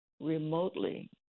remotely